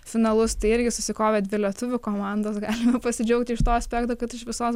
finalus tai irgi susikovė dvi lietuvių komandos galime pasidžiaugti iš to aspekto kad iš visos